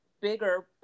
bigger